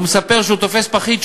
הוא מספר שהוא שותה פחית,